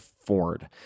Ford